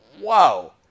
whoa